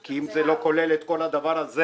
כי אם זה לא כולל את כל הדבר הזה,